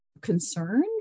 concern